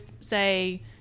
say